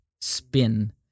spin